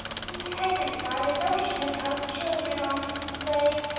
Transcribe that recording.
he hasn't got a notion of how children ought to play,